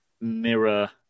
mirror